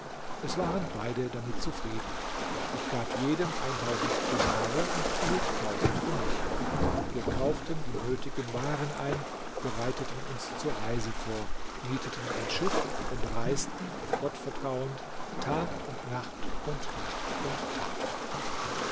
es waren beide damit zufrieden ich gab jedem dinare und behielt für mich wir kauften die nötigen waren ein bereiteten uns zur reise vor mieteten ein schiff und reisten auf gott vertrauend tag und nacht und nacht und tag